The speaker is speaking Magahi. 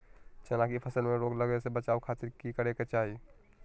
चना की फसल में रोग लगे से बचावे खातिर की करे के चाही?